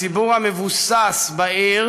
הציבור המבוסס בעיר